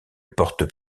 portent